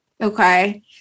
Okay